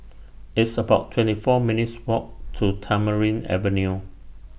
It's about twenty four minutes' Walk to Tamarind Avenue